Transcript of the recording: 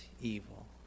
evil